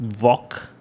walk